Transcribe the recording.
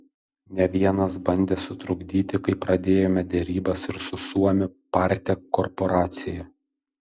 ne vienas bandė sutrukdyti kai pradėjome derybas ir su suomių partek korporacija